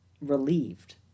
relieved